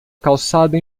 calçada